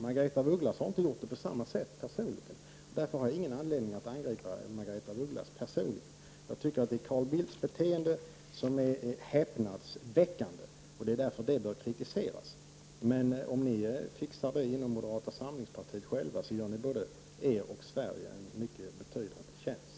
Margaretha af Ugglas har inte gjort på samma sätt, och därför har jag ingen anledning att angripa henne personligen. Jag tycker att Carl Bildts beteende är häpnadsväckande och bör därför kritiseras. Om ni kan fixa det inom moderata samlingspartiet på något sätt så gör ni er och Sverige en mycket betydande tjänst.